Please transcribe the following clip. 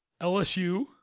LSU